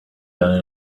done